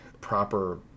proper